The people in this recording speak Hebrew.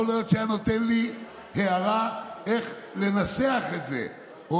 יכול להיות שהיה נותן לי הערה איך לנסח את זה או